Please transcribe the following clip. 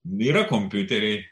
yra kompiuteriai